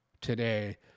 today